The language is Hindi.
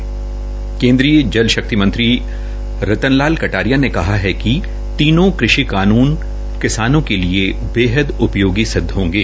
हये केन्द्रीय जल शक्ति मंत्री रतन लाल कटारिया ने कहा है कि तीनों कृषि कानून किसानों के लिए बेहद उपयोगी सिदध होंगे